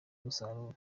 umusaruro